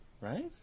right